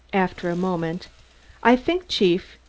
after a moment i think, chief,